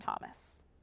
Thomas